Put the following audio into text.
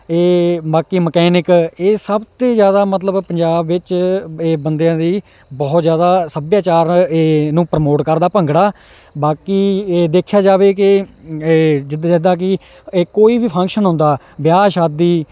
ਇਹ ਬਾਕੀ ਮਕੈਨਿਕ ਇਹ ਸਭ ਤੋਂ ਜ਼ਿਆਦਾ ਮਤਲਬ ਪੰਜਾਬ ਵਿੱਚ ਇਹ ਬੰਦਿਆਂ ਦੀ ਬਹੁਤ ਜ਼ਿਆਦਾ ਸੱਭਿਆਚਾਰ ਨੂੰ ਪ੍ਰਮੋਟ ਕਰਦਾ ਭੰਗੜਾ ਬਾਕੀ ਇਹ ਦੇਖਿਆ ਜਾਵੇ ਕਿ ਇਹ ਜਿੱਦਾਂ ਜਿੱਦਾਂ ਕਿ ਇਹ ਕੋਈ ਵੀ ਫੰਕਸ਼ਨ ਹੁੰਦਾ ਵਿਆਹ ਸ਼ਾਦੀ